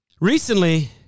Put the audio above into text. recently